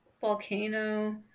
Volcano